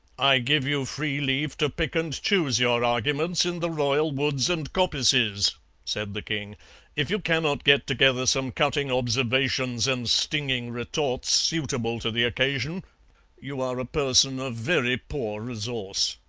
i give you free leave to pick and choose your arguments in the royal woods and coppices said the king if you cannot get together some cutting observations and stinging retorts suitable to the occasion you are a person of very poor resource